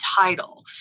title